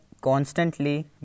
constantly